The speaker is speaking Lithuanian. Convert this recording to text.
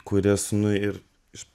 kuris nu ir iš